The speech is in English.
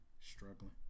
Struggling